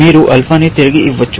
మీరు ఆల్ఫా ని తిరిగి ఇవ్వవచ్చు